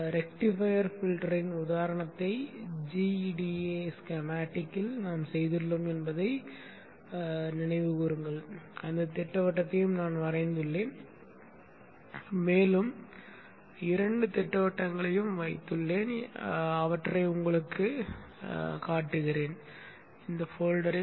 rectifier ஃபில்டரின் உதாரணத்தை gEDA ஸ்கீமேட்டிக்கில் நாம் செய்துள்ளோம் என்பதை நினைவுகூருங்கள் அந்த திட்டவட்டத்தையும் நான் வைத்துள்ளேன் மேலும் இரண்டு திட்டவட்டங்களையும் வைத்துள்ளேன் அவற்றை உங்களுக்குக் காட்டுகிறேன் இந்த கோப்புறையில்